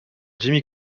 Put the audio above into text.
jimmy